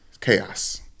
chaos